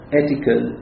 ethical